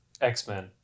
X-Men